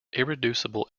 irreducible